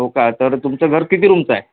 हो का तर तुमचं घर किती रूमचं आहे